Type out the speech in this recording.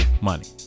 money